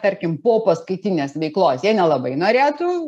tarkim popaskaitinės veiklos jie nelabai norėtų